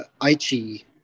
Aichi